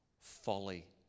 Folly